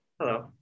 hello